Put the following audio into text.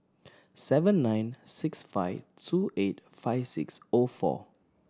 seven nine six five two eight five six O four